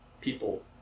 people